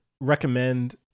recommend